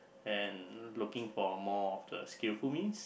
and looking for more of the skillful means